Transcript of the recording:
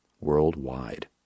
worldwide